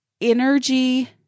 energy